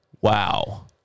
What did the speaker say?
Wow